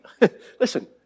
Listen